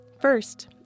First